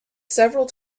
several